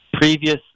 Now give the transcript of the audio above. previous